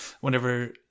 whenever